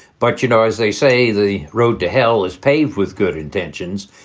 but, you know, as they say, the road to hell is paved with good intentions.